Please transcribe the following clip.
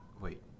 wait